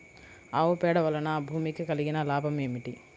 ఆవు పేడ వలన భూమికి కలిగిన లాభం ఏమిటి?